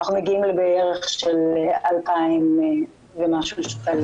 אנחנו מגיעים לבערך 2,000 ומשהו שקל.